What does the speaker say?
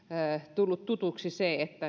tullut tutuksi se